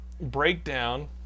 breakdown